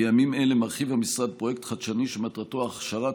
בימים אלה מרחיב המשרד פרויקט חדשני שמטרתו הכשרת